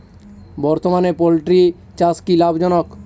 বর্তমানে পোলট্রি চাষ কি লাভজনক?